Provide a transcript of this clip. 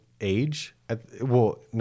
age—well